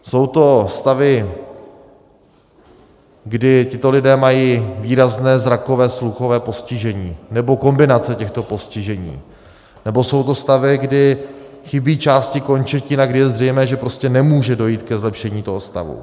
Jsou to stavy, kdy tito lidé mají výrazné zrakové a sluchové postižení nebo kombinace těchto postižení, nebo jsou to stavy, kdy chybí části končetin a kdy je zřejmé, že prostě nemůže dojít ke zlepšení toho stavu.